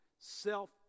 self